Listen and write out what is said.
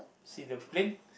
see the plane